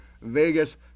Vegas